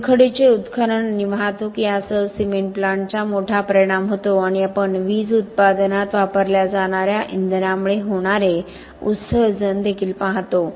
चुनखडीचे उत्खनन आणि वाहतूक यासह सिमेंट प्लांटचा मोठा परिणाम होतो आणि आपण वीज उत्पादनात वापरल्या जाणार्या इंधनामुळे होणारे उत्सर्जन देखील पाहतो